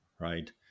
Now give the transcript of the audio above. right